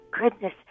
goodness